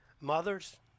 Mothers